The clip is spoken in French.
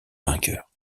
vainqueur